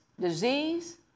disease